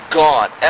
gone